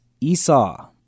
Esau